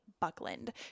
Buckland